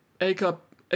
A-cup